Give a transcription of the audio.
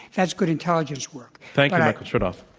that's good intelligence work. thank you, michael chertoff.